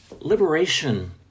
Liberation